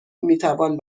میتوان